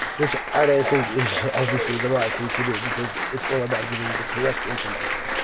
which i don't think is obviously the right thing to do because it's all about giving the correct information.